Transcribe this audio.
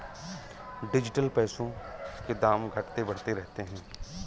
digital पैसों के दाम घटते बढ़ते रहते हैं